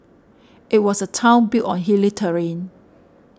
it was a town built on hilly terrain